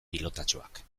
pilotatxoak